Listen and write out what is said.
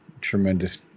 tremendous